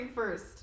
first